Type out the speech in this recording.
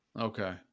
Okay